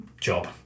job